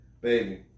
baby